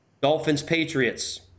Dolphins-Patriots